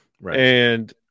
Right